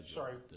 sorry